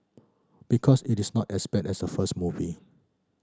because it is not as bad as a first movie